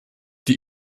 die